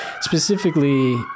specifically